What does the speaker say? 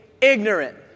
ignorant